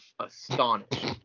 astonished